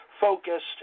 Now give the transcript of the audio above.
focused